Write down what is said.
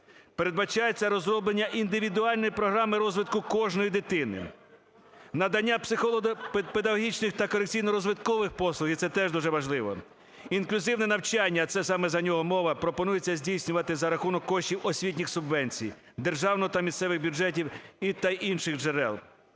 Передбачається розроблення індивідуальної програми розвитку кожної дитини, надання психолого-педагогічних та корекційно-розвиткових послуг і це теж дуже важливо. Інклюзивне навчання, це саме за нього мова, пропонується здійснювати за рахунок коштів освітніх субвенцій державного та місцевих бюджетів, та інших джерел.